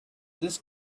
this